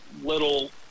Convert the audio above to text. little